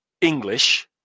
english